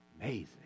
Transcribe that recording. Amazing